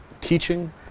teaching